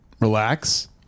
relax